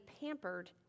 pampered